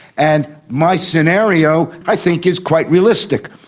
and my scenario i think is quite realistic.